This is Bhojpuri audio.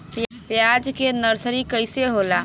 प्याज के नर्सरी कइसे होला?